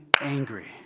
angry